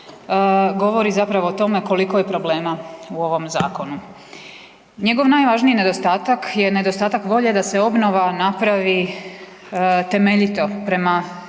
govori zapravo o tome koliko je problema u ovom Zakonu. Njegov najvažniji nedostatak je nedostatak volje da se obnova napravi temeljito prema